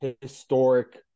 historic